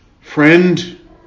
Friend